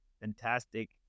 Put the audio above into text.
fantastic